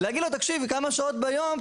ולהגיד לו תקשיב כמה שעות ביום,